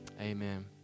Amen